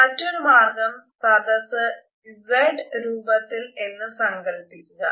മറ്റൊരു മാർഗം സദസ്സ് Z രൂപത്തിലാണ് എന്ന് സങ്കല്പിക്കുക